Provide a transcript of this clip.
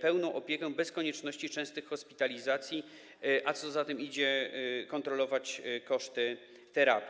pełną opiekę bez konieczności częstych hospitalizacji, a co za tym idzie - kontrolować koszty terapii.